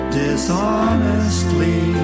dishonestly